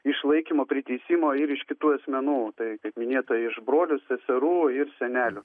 išlaikymo priteisimo ir iš kitų asmenų tai kaip minėta iš brolių seserų ir senelių